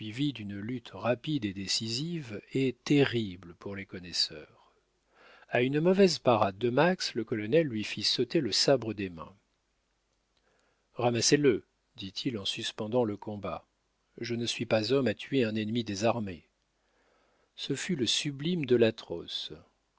d'une lutte rapide et décisive est terrible pour les connaisseurs a une mauvaise parade de max le colonel lui fit sauter le sabre des mains ramassez le dit-il en suspendant le combat je ne suis pas homme à tuer un ennemi désarmé ce fut le sublime de l'atroce